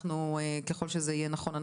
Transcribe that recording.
ככל שזה יהיה נכון,